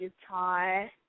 guitar